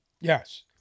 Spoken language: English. Yes